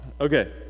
Okay